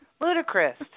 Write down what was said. Ludicrous